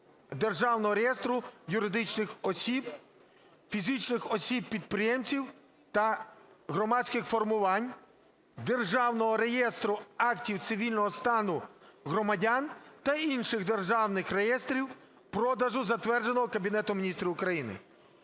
державного реєстру юридичних осіб, фізичних осіб-підприємців та громадських формувань, Державного реєстру актів цивільного стану громадян та інших державних реєстрів порядку, затвердженому Кабінетом Міністрів України".